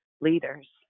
leaders